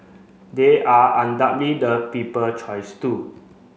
they are undoubtedly the people choice too